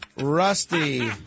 Rusty